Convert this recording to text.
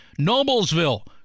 Noblesville